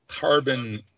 carbon